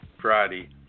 Friday